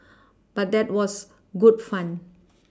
but that was good fun